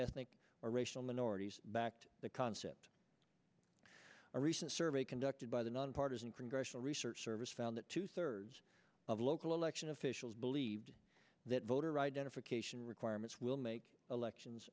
ethnic or racial minorities backed the concept a recent survey conducted by the nonpartisan congressional research service found that two thirds of local election officials believed that voter identification requirements will make elections